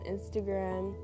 Instagram